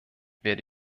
werde